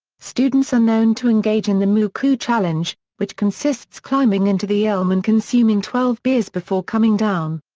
students are known to engage in the moocoo challenge, which consists climbing into the elm and consuming twelve beers before coming down.